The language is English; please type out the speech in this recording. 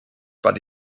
but